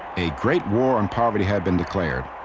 a great war on poverty had been declared.